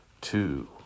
two